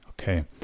okay